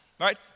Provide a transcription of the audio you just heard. right